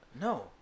No